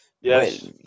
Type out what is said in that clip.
Yes